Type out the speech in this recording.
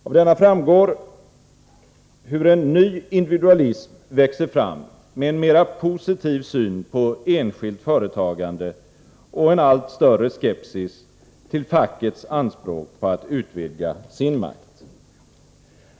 Av denna framgår hur en ny individualism växer fram med en mera positiv syn på enskilt företagande och en allt större skepsis till fackets anspråk på att utvidga sin makt.